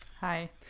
Hi